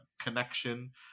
connection